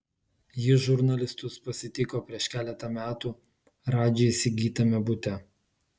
ji žurnalistus pasitiko prieš keletą metų radži įsigytame bute